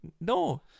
no